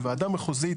לוועדה מחוזית